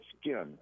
skin